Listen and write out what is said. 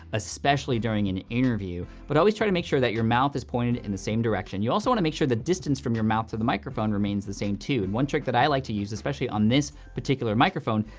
especially during an interview, but always try to make sure that your mouth is pointed in the same direction. you also wanna make sure the distance from your mouth to the microphone remains the same too. and one trick that i like to use, especially on this particular microphone,